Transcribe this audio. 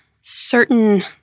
certain